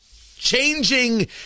Changing